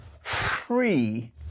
free